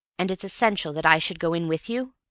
and it's essential that i should go in with you?